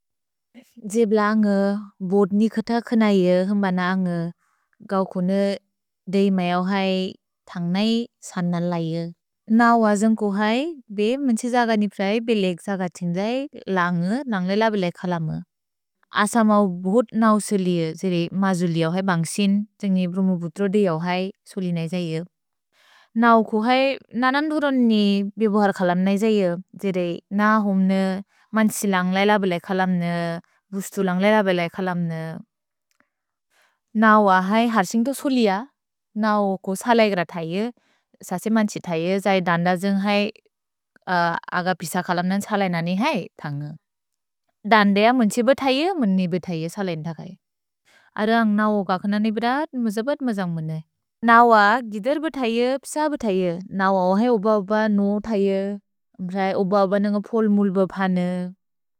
द्ज्éप्ल अन्ग्ë ब्óत् निक्ëत क्ëन इë ह्ëम्बन अन्ग्ë गौ कोने देय्मै औ है तन्ग्नै सर्नन् लै इë। न वजेन्ग् को है बे म्ëन्सि जग निप्रए बेलेक् जग तिन्द्जेइ ल अन्ग्ë नन्ग्ले लबिले खलम्ë। अस मौ भोत् नौ सोलि इë त्सेरे मजुलि औ है बन्ग्सिन् त्सेन्ग्ने ब्रुमु बुत्रो देय् औ है सोलि नै जै इë। नौ को है ननन् दुरोन्नि बेबोहर् खलम् नै जै इë। त्सेरे न हुम्ने मन्त्सि लन्ग् लै लबिले खलम्ने, गुस्तु लन्ग् लै लबिले खलम्ने। नौ अ है हर् सिन्ग्तो सोलि अ। नौ को सलै एक्र थै इë। ससे मन्त्सि थै इë जै दन्द जेन्ग् है अग पिस खलम् नन् सलै ननि है तन्ग। दन्द य मुन्त्से ब्ë थै इë, मुन्नि ब्ë थै इë, सलेन् थक इë। अर अन्ग् नौ ककन निप्रात् मुज ब्ëत् मुज मुने। नौ अ गिदर् ब्ë थै इë, पिस ब्ë थै इë। नौ अ ओहे ओब ओब नोउ थै इë। भ्रै ओब ओब नेन्ग पोल् मुले ब्ë भने।